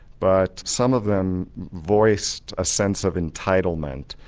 but some of them voiced a sense of entitlement,